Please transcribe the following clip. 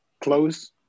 close